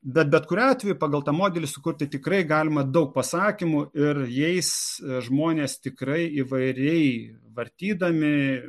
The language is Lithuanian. bet betkuriuo atveju pagal tą modelį sukurti tikrai galima daug pasakymų ir jais žmonės tikrai įvairiai vartydami